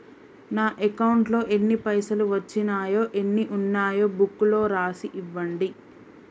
నా అకౌంట్లో ఎన్ని పైసలు వచ్చినాయో ఎన్ని ఉన్నాయో బుక్ లో రాసి ఇవ్వండి?